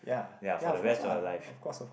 ya for the rest of your life